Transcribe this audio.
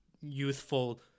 youthful